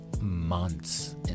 months